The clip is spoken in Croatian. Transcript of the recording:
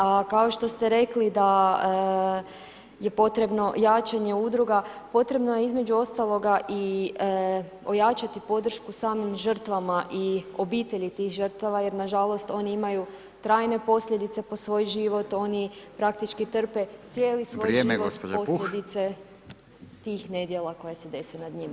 A kao što ste rekli da je potrebno jačanje udruga, potrebno je između ostaloga i ojačati podršku samim žrtvama i obitelji tih žrtava jer nažalost oni imaju trajne posljedice po svoj život, oni praktički trpe cijeli svoj život posljedice tih nedjela koje se dese nad njima.